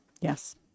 yes